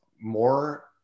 more